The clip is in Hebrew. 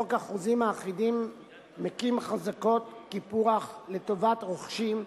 חוק החוזים האחידים מקים חזקות קיפוח לטובת רוכשים,